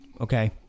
Okay